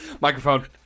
Microphone